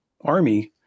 army